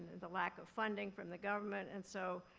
the lack of funding from the government. and so,